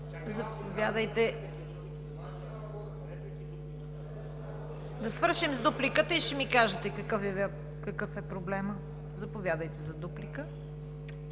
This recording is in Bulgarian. КАРАЯНЧЕВА: Да свършим с дупликите и ще ми кажете какъв е проблемът. Заповядайте за дуплика.